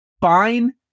fine